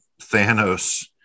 Thanos